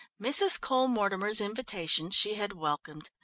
mrs. cole-mortimer's invitation she had welcomed.